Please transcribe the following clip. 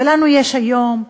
ולנו יש היום,